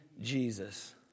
Jesus